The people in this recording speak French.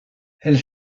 elles